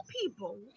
people